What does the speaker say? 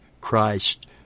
Christ